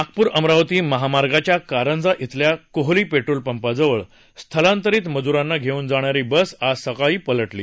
नागपूर अमरावती महामार्गाच्या कारंजा खिल्या कोहली पेट्रोल पंपाजवळ स्थलांतरित मजुरांना घेऊन जाणारी बस आज सकाळी पलटली